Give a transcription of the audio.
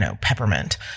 peppermint